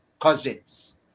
cousins